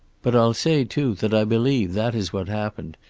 but i'll say, too, that i believe that is what happened,